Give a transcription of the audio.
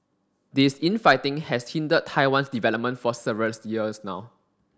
this infighting has hindered Taiwan's development for several years now